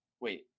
wait